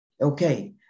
Okay